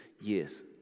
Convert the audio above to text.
years